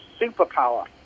superpower